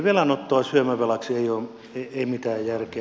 velanottoa syömävelaksi ei mitään järkeä